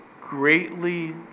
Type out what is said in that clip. greatly